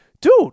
dude